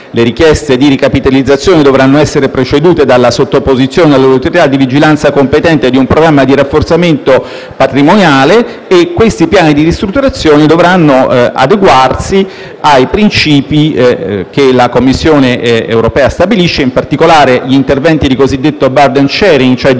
Le richieste di ricapitalizzazione dovranno essere precedute dalla sottoposizione all'Autorità di vigilanza competente di un programma di rafforzamento patrimoniale e questi piani di ristrutturazione dovranno adeguarsi ai principi che la Commissione europea stabilisce, in particolare gli interventi di cosiddetto *burden sharing*, cioè di condivisione